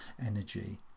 energy